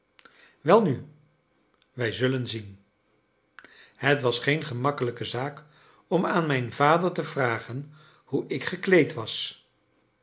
welnu wij zullen zien het was geen gemakkelijke zaak om aan mijn vader te vragen hoe ik gekleed was